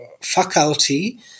faculty